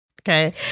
Okay